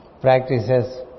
practices